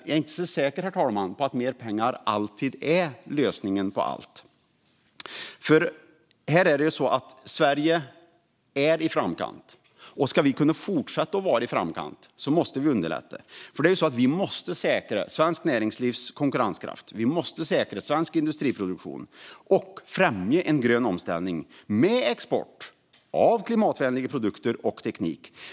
Men jag inte så säker, herr talman, på att mer pengar alltid är lösningen på allt. Sverige ligger ju i framkant, och om vi ska kunna fortsätta att göra det måste vi underlätta. Vi måste säkra svenskt näringslivs konkurrenskraft. Vi måste säkra svensk industriproduktion och främja en grön omställning med export av klimatvänliga produkter och teknik.